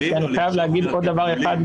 אני חייב להגיד עוד דבר אחד,